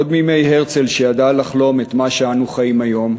עוד מימי הרצל, שידע לחלום את מה שאנו חיים היום.